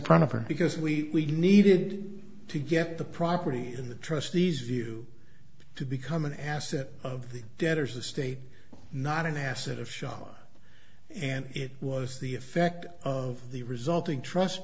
front of her because we needed to get the property in the trustees view to become an asset of the debtors estate not an asset of shala and it was the effect of the resulting trust